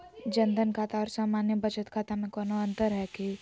जन धन खाता और सामान्य बचत खाता में कोनो अंतर है की?